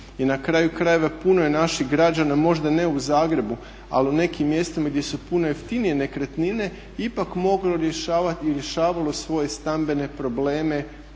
I na kraju krajeva, puno je naših građana možda ne u Zagrebu, ali u nekim mjestima gdje su puno jeftinije nekretnine ipak moglo rješavati i rješavalo svoje stambene probleme